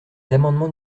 amendements